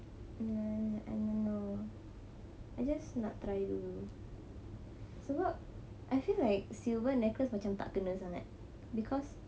uh I don't know I just nak try dulu sebab I feel like silver necklace macam tak kena sangat because